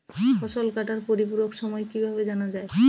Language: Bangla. ফসল কাটার পরিপূরক সময় কিভাবে জানা যায়?